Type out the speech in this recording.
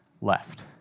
left